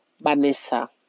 Vanessa